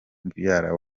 mubyara